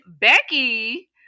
Becky